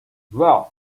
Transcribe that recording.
well